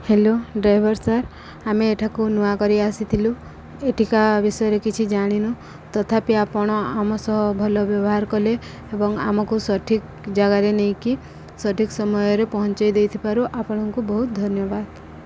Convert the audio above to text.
hello driver sir ଆମେ ଏଠାକୁ ନୂଆ କରି ଆସିଥିଲୁ ଏଠିକା ବିଷୟରେ କିଛି ଜାଣିନୁ ତଥାପି ଆପଣ ଆମ ସହ ଭଲ ବ୍ୟବହାର କଲେ ଏବଂ ଆମକୁ ସଠିକ୍ ଜାଗାରେ ନେଇକି ସଠିକ୍ ସମୟରେ ପହଞ୍ଚେଇ ଦେଇଥିବାରୁ ଆପଣଙ୍କୁ ବହୁତ ଧନ୍ୟବାଦ